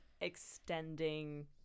extending